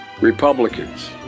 Republicans